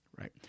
Right